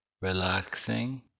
relaxing